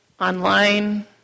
online